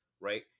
right